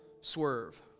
swerve